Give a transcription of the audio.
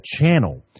channel